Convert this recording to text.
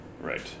right